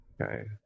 Okay